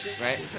right